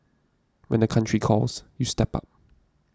when the country calls you step up